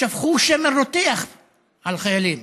שפכו שמן רותח על חיילים,